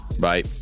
Bye